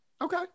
Okay